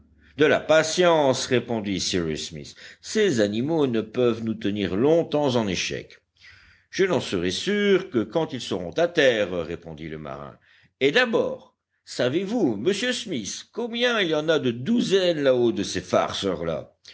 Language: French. de la patience répondit cyrus smith ces animaux ne peuvent nous tenir longtemps en échec je n'en serai sûr que quand ils seront à terre répondit le marin et d'abord savez-vous monsieur smith combien il y en a de douzaines là-haut de ces farceurs là